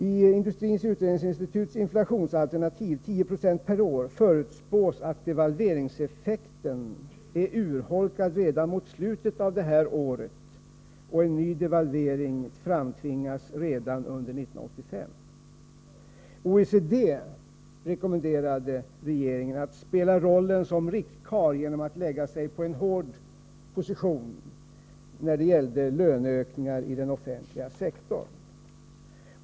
I Industrins utredningsinstituts inflationsalternativ — 1096 per år — förutspås att devalveringseffekten är urholkad redan mot slutet av detta år och att en ny devalvering framtvingas redan under 1985. OECD rekommenderade regeringen att spela rollen som riktkarl genom att lägga sig på en hård position när det gällde löneökningar i den offentliga sektorn.